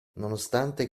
nonostante